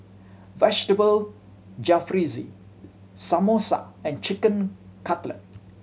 Vegetable Jalfrezi Samosa and Chicken Cutlet